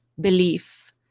belief